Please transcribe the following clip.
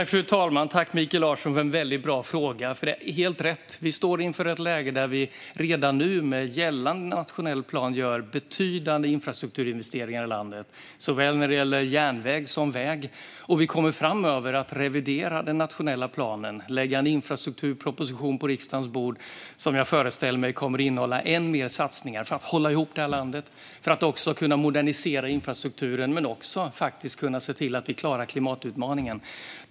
Fru talman! Tack, Mikael Larsson, för en väldigt bra fråga! Det är helt rätt - vi står inför ett läge där vi redan nu med gällande nationell plan gör betydande infrastrukturinvesteringar i landet när det gäller såväl järnväg som väg. Vi kommer framöver att revidera den nationella planen och lägga en infrastrukturproposition på riksdagens bord som jag föreställer mig kommer att innehålla än fler satsningar för att kunna hålla ihop landet och modernisera infrastrukturen men också se till att vi klarar klimatutmaningen.